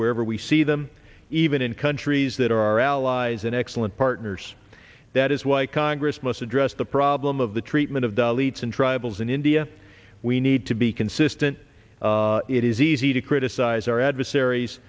wherever we see them even in countries that are our allies and excellent partners that is why congress must address the problem of the treatment of the leats and tribals in india we need to be consistent it is easy to criticize our adversaries